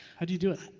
how do you do it?